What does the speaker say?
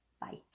Bye